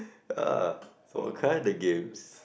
uh what kinda games